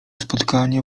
spotkania